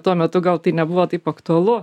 tuo metu gal tai nebuvo taip aktualu